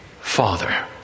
Father